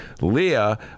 Leah